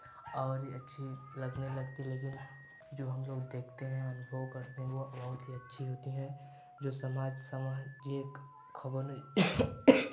और अच्छी लगने लगती है लेकिन जो हम लोग देखते हैं अनुभव करते हैं वो बहुत ही अच्छी होती हैं जो समाज सामाजिक खबरों